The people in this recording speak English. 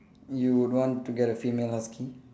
you would want to get a female husky